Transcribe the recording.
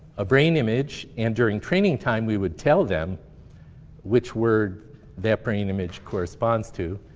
a brain image. and during training time we would tell them which word that brain image corresponds to.